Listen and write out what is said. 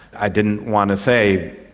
i didn't want to say,